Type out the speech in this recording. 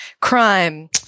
crime